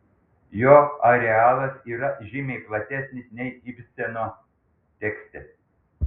jo arealas yra žymiai platesnis nei ibseno tekste